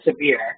severe